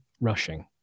rushing